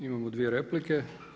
Imamo dvije replike.